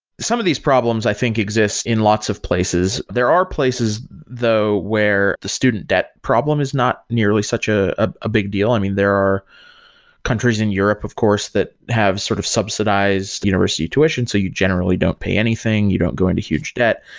some of these problems i think exists in lots of places. there are places though where the student debt problem is not nearly such a ah ah big deal. i mean, there are countries in europe, of course, that have sort of subsidized university tuition. so you generally don't pay anything. you don't go into huge debt,